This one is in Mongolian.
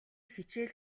хичээл